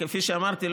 כפי שאמרתי,